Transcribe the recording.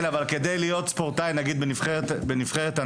כן, אבל כדי להיות ספורטאי נגיד בנבחרת הנוער,